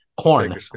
corn